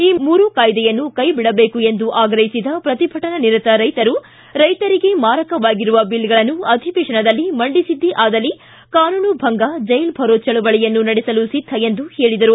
ಈ ಮೂರು ಕಾಯ್ದೆಯನ್ನೂ ಕೈಬಿಡಬೇಕು ಎಂದು ಆಗ್ರಹಿಸಿದ ಪ್ರತಿಭಟನಾ ನಿರತ ರೈತರು ರೈತರಿಗೆ ಮಾರಕವಾಗಿರುವ ಬಿಲ್ಗಳನ್ನು ಅಧಿವೇಶನದಲ್ಲಿ ಮಂಡಿಸದ್ದೇ ಆದಲ್ಲಿ ಕಾನೂನು ಭಂಗ ಜೈಲ್ ಭರೋ ಚಳವಳಿಯನ್ನೂ ನಡೆಸಲು ಸಿದ್ದ ಎಂದು ಹೇಳಿದರು